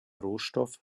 rohstoff